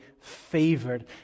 favored